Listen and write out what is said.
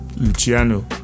Luciano